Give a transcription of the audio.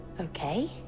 okay